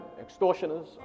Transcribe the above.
extortioners